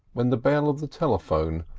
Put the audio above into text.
when the bell of the telephone,